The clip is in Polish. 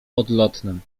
odlotnem